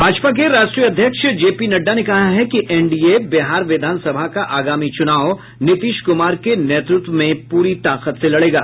भाजपा के राष्ट्रीय अध्यक्ष जेपी नड्डा ने कहा है कि एनडीए बिहार विधान सभा का आगामी चुनाव नीतीश कुमार के नेतृत्व में प्ररी ताकत से लड़ेगा